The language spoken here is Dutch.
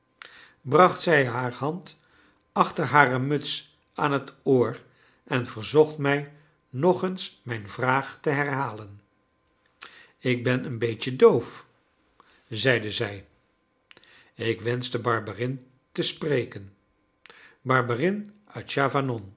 bracht zij haar hand achter hare muts aan t oor en verzocht mij nog eens mijn vraag te herhalen ik ben een beetje doof zeide zij ik wenschte barberin te spreken